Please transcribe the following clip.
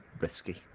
risky